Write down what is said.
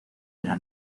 era